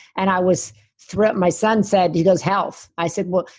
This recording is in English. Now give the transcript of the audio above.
and i was thrilled. my son said, he goes, health. i said, well,